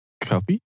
Coffee